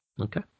Okay